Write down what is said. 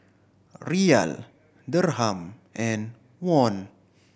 Riyal Dirham and Won